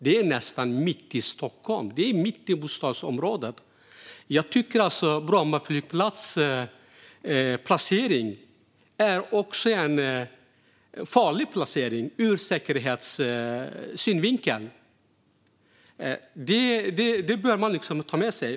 Det är nästan mitt i Stockholm, mitt i bostadsområdet. Jag tycker därför att Bromma flygplats placering också är en farlig placering ur säkerhetssynvinkel. Det bör man ha med sig.